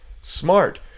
Smart